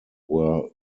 were